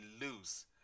lose